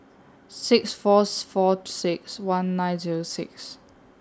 six Fourth four six one nine Zero six